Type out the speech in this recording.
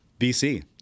BC